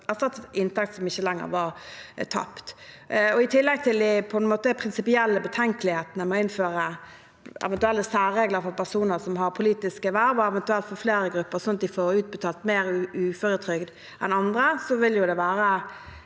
erstattet inntekt som ikke lenger var tapt. I tillegg til de – på en måte – prinsipielle betenkelighetene med å innføre eventuelle særregler for personer som har politiske verv, og eventuelt for flere grupper, sånn at de får utbetalt mer i uføretrygd enn andre, vil det også